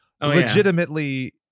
legitimately